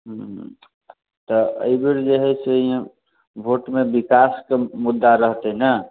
हूँ तऽ एहिबेर जे है से ईहाँ भोटमे विकासके मुद्दा रहतै ने